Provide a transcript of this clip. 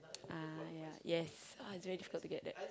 ah yeah yes uh it's very difficult to get that